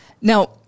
now